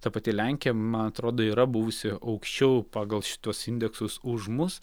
ta pati lenkija man atrodo yra buvusi aukščiau pagal šituos indeksus už mus